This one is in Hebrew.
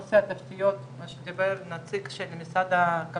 למעשה חוק המטרו שהוא מגדיר בעצם גם את מסגרת המימון,